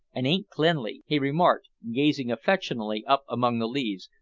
and ain't cleanly, he remarked, gazing affectionately up among the leaves,